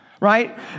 Right